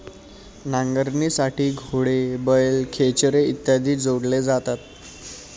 नांगरणीसाठी घोडे, बैल, खेचरे इत्यादी जोडले जातात